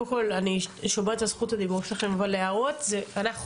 קודם כל אני שומרת על זכות הדיבור שלכם אבל הערות אנחנו נעיר.